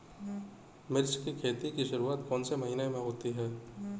मिर्च की खेती की शुरूआत कौन से महीने में होती है?